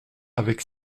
avec